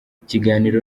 ikiganiro